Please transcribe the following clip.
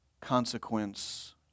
consequence